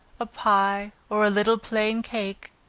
a pie, or a little plain cake,